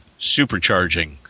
supercharging